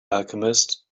alchemist